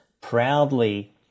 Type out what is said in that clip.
proudly